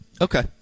Okay